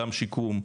גם שיקום,